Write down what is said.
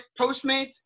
Postmates